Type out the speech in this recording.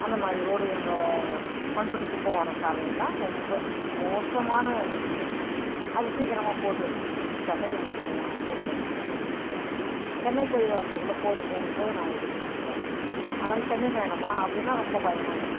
அந்தமாதிரி ரோடு எங்கள் பண்ரூட்டி கும்பகோணம் சாலையிலாம் ரொம்ப மோசமான நிலமையில இருக்குது அது சீக்கிரமாக போட்டு முடிச்சாக்கா எங்களுக்குலாம் போக்குவரத்து ரொம்ப ஈஸியாக இருக்கும் சென்னை போய் வரத்துக்குள்ள போதும் போதும் போதுன்னு ஆகிடுது மனுஷாலுக்கு அதனால் சென்னை பயணமாக அப்படினா ரொம்ப பயமாயிருக்குது